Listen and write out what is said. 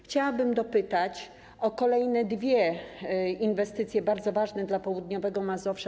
Chciałabym dopytać o kolejne dwie inwestycje bardzo ważne dla południowego Mazowsza.